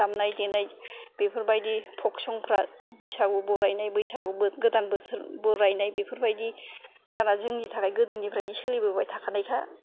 दामनाय देनाय बेफोरबायदि फक संफ्रा बैसागु बरायनाय बैसागु गोदान बोसोर बरायनाय बेफोरबायदि गाना जोंनि थाखाय गोदोनिफ्रायनो सोलिबोबाय थाखानायखा